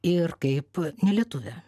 ir kaip ne lietuvė